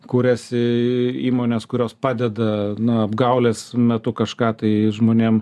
kuriasi įmonės kurios padeda na apgaulės metu kažką tai žmonėm